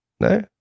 No